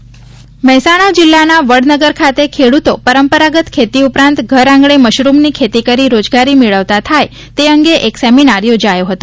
માર્ગદર્શન મહેસાણા જિલ્લાના વડનગર ખાતે ખેડૂતો પરંપરાગત ખેતી ઉપરાંત ઘર આંગણે મશરૂમની ખેતી કરી રોજગારી મેળવતા થાય તે અંગે એક સેમીનાર યોજાયો હતો